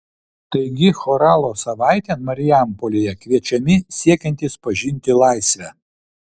taigi choralo savaitėn marijampolėje kviečiami siekiantys pažinti laisvę